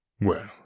Well